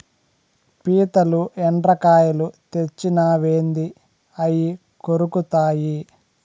పీతలు, ఎండ్రకాయలు తెచ్చినావేంది అయ్యి కొరుకుతాయి